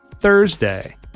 Thursday